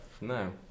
No